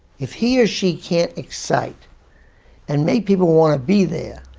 if he or she can't excite and make people want to be there,